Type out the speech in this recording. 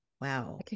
Wow